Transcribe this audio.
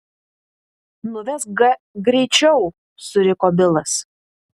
nuvesk g greičiau suriko bilas